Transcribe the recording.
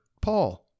Paul